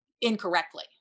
incorrectly